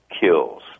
kills